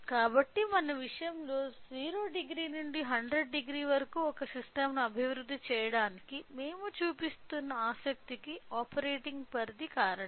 కాబట్టి మన విషయంలో 00 నుండి 1000 వరకు ఒక సిస్టం ను అభివృద్ధి చేయడానికి మేము చూపిస్తున్న ఆసక్తి కి ఆపరేటింగ్ పరిధికి కారణం